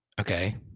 okay